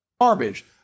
Garbage